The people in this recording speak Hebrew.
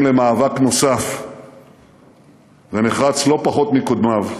למאבק נוסף ונחרץ לא פחות מקודמיו